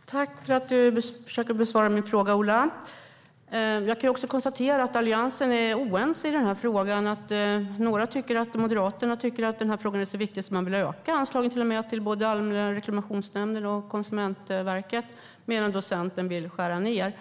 Fru talman! Tack för att du försöker besvara min fråga, Ola! Jag kan konstatera att Alliansen är oense i frågan. Moderaterna, till exempel, tycker att frågan är så viktig att de till och med vill öka anslaget till både Allmänna reklamationsnämnden och Konsumentverket medan Centern vill skära ned.